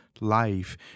life